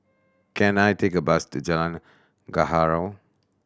can I take a bus to Jalan Gaharu